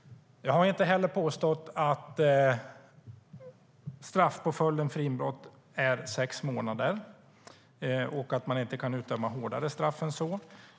Jag har inte heller påstått att straffpåföljden för inbrott är sex månader och att man inte kan utdöma hårdare straff än så.